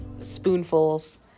spoonfuls